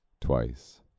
twice